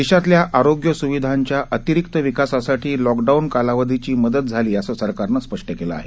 देशातल्या आरोग्य सुविधांच्या अतिरिक्त विकासासाठी लॉकडाऊन कालावधीची मदत झाली असं सरकारनं स्पष्ट केलं आहे